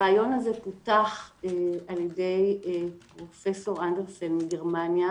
הרעיון הזה פותח על ידי פרופ' אנדרסן מגרמניה,